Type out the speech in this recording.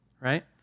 right